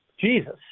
Jesus